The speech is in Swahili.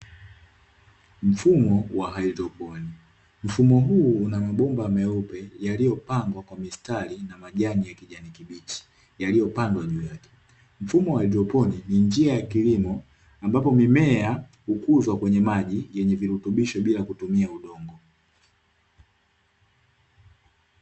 Mfumo wa hidroponi, mfumo huu una mabomba meupe yaliyopangwa kwa mistari na majani ya kijani kibichi yaliyopandwa juu yake, mfumo wa hidroponi ni njia ya kilimo ambapo mimea hukuzwa kwenye maji yenye virutubisho bila kutumia udongo.